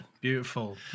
beautiful